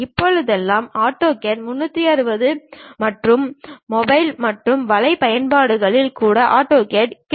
இப்போதெல்லாம் ஆட்டோகேட் 360 மற்றும் மொபைல் மற்றும் வலை பயன்பாடுகளில் கூட ஆட்டோகேட் கிடைக்கிறது